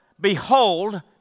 Behold